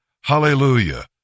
Hallelujah